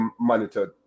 monitored